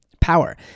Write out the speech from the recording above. Power